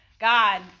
God